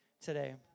today